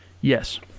yes